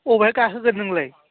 बबेहाय गाखोगोन नोंलाय